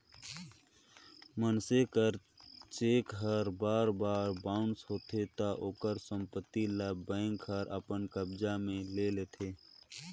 मइनसे कर चेक हर बार बार बाउंस होथे ता ओकर संपत्ति ल बेंक हर अपन कब्जा में ले लेथे